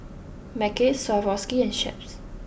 Mackays Swarovski and Chaps